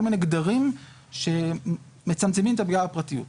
מיני גדרים שמצמצמים את הפגיעה בפרטיות.